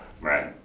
Right